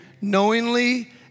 knowingly